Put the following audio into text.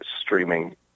streaming